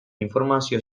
informazio